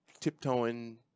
tiptoeing